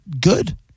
good